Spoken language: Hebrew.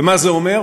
ומה זה אומר?